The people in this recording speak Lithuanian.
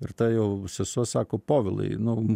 ir ta jau sesuo sako povilai nu